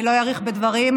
אני לא אאריך בדברים,